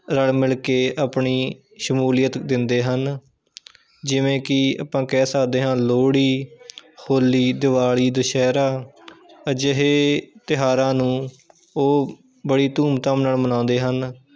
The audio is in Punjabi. ਰਲ ਮਿਲ ਕੇ ਆਪਣੀ ਸ਼ਮੂਲੀਅਤ ਦਿੰਦੇ ਹਨ ਜਿਵੇਂ ਕਿ ਆਪਾਂ ਕਹਿ ਸਕਦੇ ਹਾਂ ਲੋਹੜੀ ਹੋਲੀ ਦੀਵਾਲੀ ਦੁਸ਼ਹਿਰਾ ਅਜਿਹੇ ਤਿਹਾਰਾਂ ਨੂੰ ਓਹ ਬੜੀ ਧੂਮਧਾਮ ਨਾਲ ਮਨਾਉਂਦੇ ਹਨ